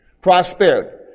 Prosperity